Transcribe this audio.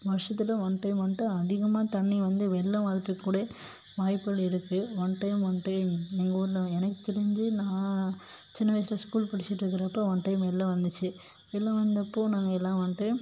வருஷத்தில் one time வந்துட்டு அதிகமாக தண்ணி வந்து வெள்ளம் வரத்துக்கு கூட வாய்ப்புகள் இருக்குது ஒன் டைம் வந்துட்டு எங்கள் எங்கள் ஊரில் எனக்கு தெரிஞ்சு நான் சின்ன வயசில் ஸ்கூல் படிச்சிட்டுருக்கிறப்ப ஒன் டைம் வெள்ளம் வந்துச்சு வெள்ளம் வந்தப்போது நாங்கெல்லாம் வந்துட்டு